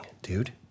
Dude